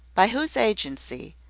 by whose agency,